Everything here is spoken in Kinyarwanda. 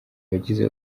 abagize